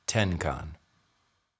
Tenkan